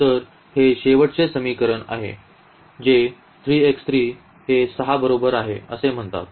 तर हे शेवटचे समीकरण आहे जे 3हे 6 बरोबर आहे असे म्हणतात